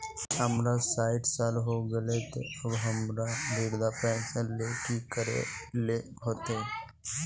हमर सायट साल होय गले ते अब हमरा वृद्धा पेंशन ले की करे ले होते?